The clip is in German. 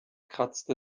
kratzte